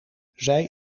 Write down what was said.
zij